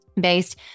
based